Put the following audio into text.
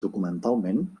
documentalment